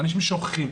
שאנשים שוכחים.